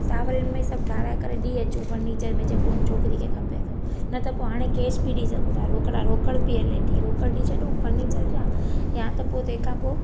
सावरनि में सभु ठाहिराए करे ॾेई अचूं फर्नीचर में जेको छोकिरी खे खपे थो न पोइ हाणे कैश बि ॾेई सघूं था रोकड़ा रोकड़ बि हले थी रोकड़ ॾेई छडूं फर्नीचर जा या त पोइ तंहिं खां पोइ